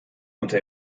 unter